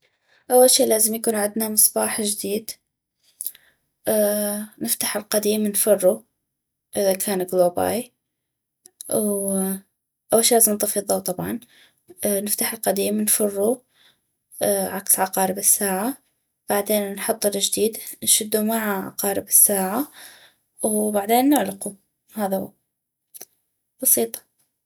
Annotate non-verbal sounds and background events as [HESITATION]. اول شي لازم يكون عدنا مصباح جديد نفتح القديم نفرو اذا كان گلوباي واول شي لازم نطفي الضو طبعاً [HESITATION] نفتح القديم نفرو [HESITATION] عكس عقارب الساعة بعدين نحط الجديد نشدو مع عقارب الساعة وبعدين نعلقو وهذا هو بسيطة